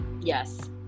Yes